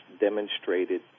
demonstrated